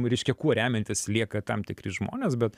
reiškia kuo remiantis lieka tam tikri žmonės bet